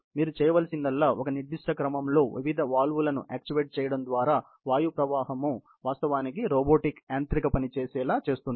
మీరు చేయవలసిందల్లా ఒక నిర్దిష్ట క్రమంలో వివిధ వాల్వ్ లను యాక్చువేట్ చేయడం తద్వారా వాయు ప్రవాహం వాస్తవానికి రోబోట్ యాంత్రిక పని చేసేలా చేస్తుంది